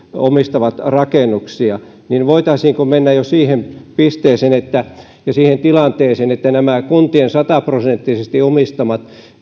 omistavat rakennuksia niin voitaisiinko mennä jo siihen pisteeseen ja siihen tilanteeseen että nämä kuntien sataprosenttisesti omistamat